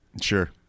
Sure